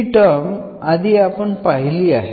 ही term आधी आपण पहिली आहे